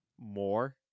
more